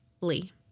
Lee